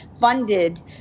funded